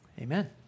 Amen